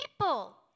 people